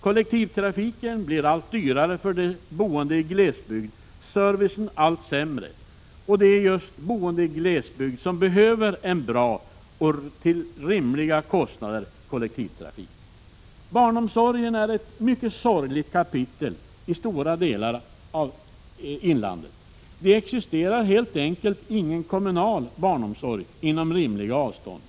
Kollektivtrafiken blir allt dyrare för de boende i glesbygd, servicen allt sämre, och det är just de boende i glesbygd som behöver en bra kollektivtrafik till rimliga kostnader. Barnomsorgen är ett mycket sorgligt kapitel i stora delar av inlandet. Det existerar helt enkelt ingen kommunal barnomsorg inom rimliga avstånd.